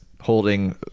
holding